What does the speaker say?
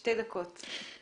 שתי דקות.